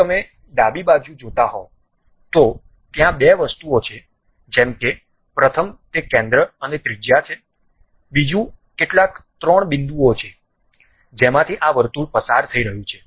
જો તમે ડાબી બાજુ જોતા હોવ તો ત્યાં બે વસ્તુઓ છે જેમ કે પ્રથમ તે કેન્દ્ર અને ત્રિજ્યા છે બીજું કેટલાક ત્રણ બિંદુઓ છે જેમાંથી આ વર્તુળ પસાર થઈ રહ્યું છે